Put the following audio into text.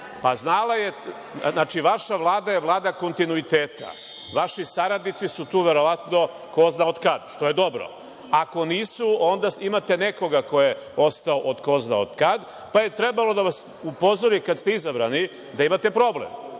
Vlada, leto. Vaša Vlada je Vlada kontinuiteta. Vaši saradnici su tu verovatno ko zna od kad, što je dobro. Ako nisu, onda imate nekoga ko je ostao od ko zna od kada pa je trebalo da vas upozori kada ste izabrani da imate problem.